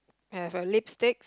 have a lipstick